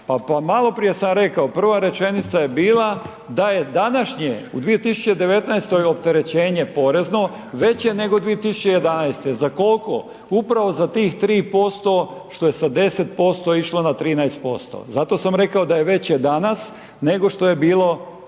pa maloprije sam rekao, prva rečenica je bila da je današnje u 2019. opterećenje porezno veće nego 2011., za koliko, upravo za tih 3% što je sa 10% išlo na 13%, zato sam rekao da je veće danas nego što j bilo